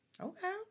Okay